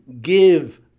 give